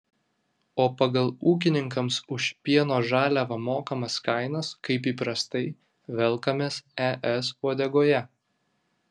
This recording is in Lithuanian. o pagal ūkininkams už pieno žaliavą mokamas kainas kaip įprastai velkamės es uodegoje